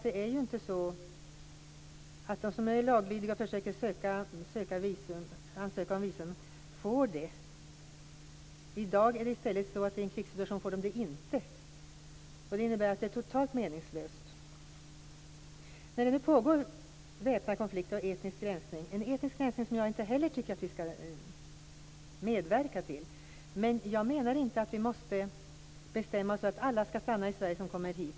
Det är ju inte så att de som är laglydiga och ansöker om visum får det. I dag - i en krigssituation - får de det inte. Det innebär att det är totalt meningslöst. Det pågår väpnad konflikt och etnisk rensning. Det är en etnisk rensning som inte heller jag tycker att vi skall medverka till, men jag menar inte att vi måste bestämma oss för att alla som kommer hit skall stanna i Sverige.